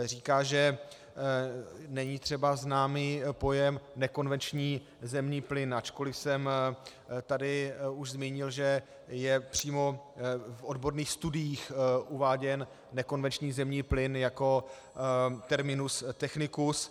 Říká, že třeba není známý pojem nekonvenční zemní plyn, ačkoliv jsem tady už zmínil, že je přímo v odborných studiích uváděn nekonvenční zemní plyn jako terminus technicus.